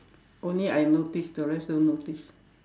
only I notice the rest don't notice